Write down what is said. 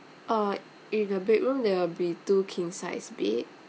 uh in a bedroom there'll be two king-sized bed